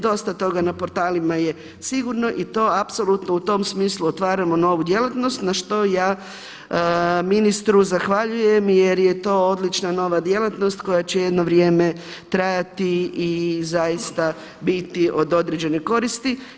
Dosta toga na portalima je sigurno i to apsolutno u tom smislu otvaramo novu djelatnost na što ja ministru zahvaljujem jer je to odlična nova djelatnost koja će jedno vrijeme trajati i zaista biti od određene koristi.